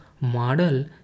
model